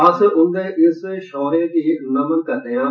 अस उन्दे इस शौर्य गी नमन करने आं